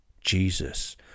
jesus